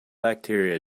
bacteria